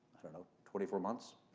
i don't know, twenty four months,